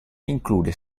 include